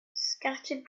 scattered